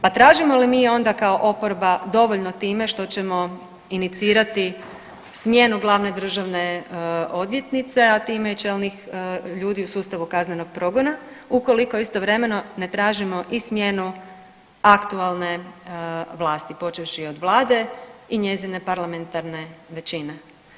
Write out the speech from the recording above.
Pa tražimo li mi onda kao oporba dovoljno time što ćemo inicirati smjenu glavne državne odvjetnice, a time i čelnih ljudi u sustavu kaznenog progona, ukoliko istovremeno ne tražimo i smjenu aktualne vlasti, počevši od Vlade i njezine parlamentarne većine.